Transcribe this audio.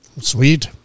sweet